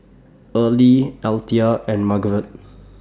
Earlie Althea and Margeret